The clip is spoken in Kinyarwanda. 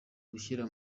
gushyira